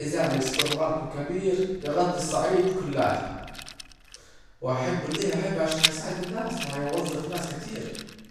عايز اعمل سوبر ماركو كبير يغطي الصعيد كلاتها، وهحبه ليه عشان هيساعد ناس ويوظفو ناس كتير